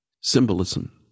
Symbolism